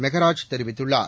மெகராஜ் தெரிவித்துள்ளார்